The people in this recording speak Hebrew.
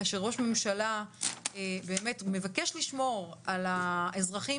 כאשר ראש ממשלה באמת מבקש לשמור על האזרחים